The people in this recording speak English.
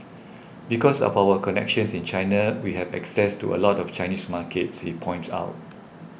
because of our connections in China we have access to a lot of Chinese markets he points out